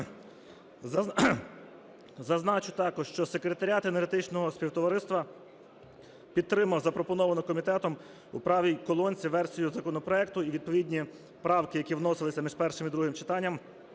Зазначу також, що Секретаріат Енергетичного Співтовариства підтримав запропоновану комітетом у правій колонці версію законопроекту і відповідні правки, які вносилися між першим і другим читанням,